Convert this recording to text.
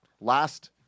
last